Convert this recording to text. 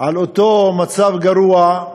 אותו מצב גרוע.